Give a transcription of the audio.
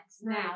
now